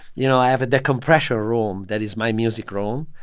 you know, i have a decompression room. that is my music room.